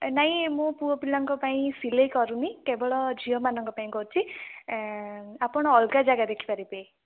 ନାଇଁ ମୁଁ ପୁଅ ପିଲାଙ୍କ ପାଇଁ ସିଲେଇ କରୁନି କେବଳ ଝିଅ ମାନଙ୍କ ପାଇଁ କରୁଛି ଆପଣ ଅଲଗା ଜାଗା ଦେଖି ପାରିବେ